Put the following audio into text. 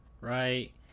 right